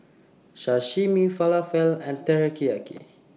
Sashimi Falafel and Teriyaki